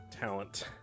talent